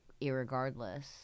irregardless